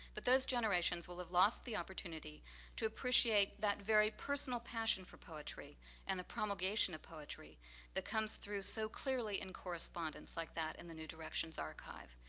but those generations will have lost the opportunity to appreciate that very personal passion for poetry and the promulgation of poetry that comes through so clearly in correspondence like that in the new direction's archive.